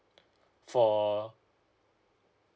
for